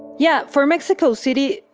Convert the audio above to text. yeah, for mexico city,